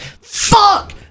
Fuck